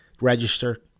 register